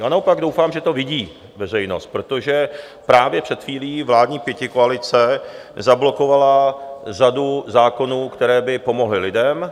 Já naopak doufám, že to vidí veřejnost, protože právě před chvílí vládní pětikoalice zablokovala řadu zákonů, které by pomohly lidem.